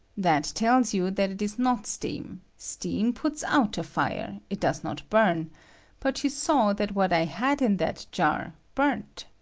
that tells you that it is not steam steam puts out a fire it does not burn but you saw that what i had in that jar burnt.